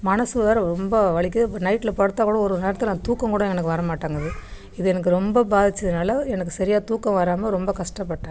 மனது வேற ரொம்ப வலிக்குது பட் நைட்டில் படுத்தால் கூட ஒரு ஒரு நேரத்தில் தூக்கம் கூட எனக்கு வர மாட்டேங்குது இது எனக்கு ரொம்ப பாதித்ததுனால எனக்கு சரியாக தூக்கம் வராமல் ரொம்ப கஷ்டப்பட்டேன்